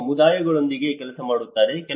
ಅವರು ಸಮುದಾಯಗಳೊಂದಿಗೆ ಕೆಲಸ ಮಾಡುತ್ತಾರೆ